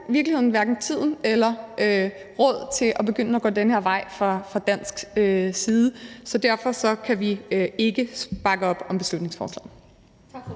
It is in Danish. virkeligheden hverken tid eller råd til at begynde at gå den her vej fra dansk side, så derfor kan vi ikke bakke op om beslutningsforslaget.